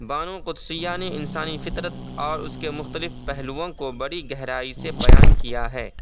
بانو قدسیہ نے انسانی فطرت اور اس کے مختلف پہلوؤں کو بڑی گہرائی سے بیان کیا ہے